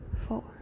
four